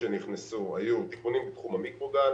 שנכנסו היו תיקונים בתחום המיקרוגל